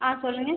ஆ சொல்லுங்கள்